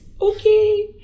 okay